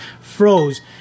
froze